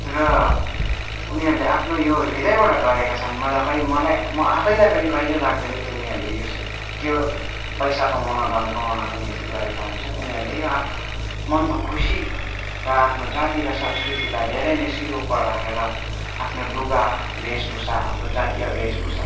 र उनीहरूले आफ्नो यो हृदयबाट गरेका छन् मलाई खै मलाई म आफैलाई पनि कहिले लाग्दैन कि उनीहरूले यो चाहिँ केवल पैसा कमाउन धन कमाउनका निम्ति गरेका हुन्छन् उनीहरूले यो आफ्नो मनको खुसी र आफ्नो जाति र संस्कृतिलाई धेरै नै शिर उपर राखेर आफ्नो लुगा भेषभूषा आफ्नो जातीय भेषभूषा